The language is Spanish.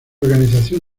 organización